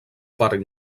parc